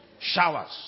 showers